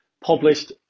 published